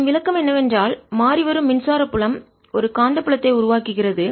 மேலும் விளக்கம் என்னவென்றால் மாறிவரும் மின்சார புலம் ஒரு காந்தப்புலத்தை உருவாக்குகிறது